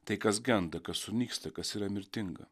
tai kas genda kas sunyksta kas yra mirtinga